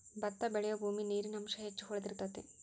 ಬತ್ತಾ ಬೆಳಿಯುಬೂಮಿ ನೇರಿನ ಅಂಶಾ ಹೆಚ್ಚ ಹೊಳದಿರತೆತಿ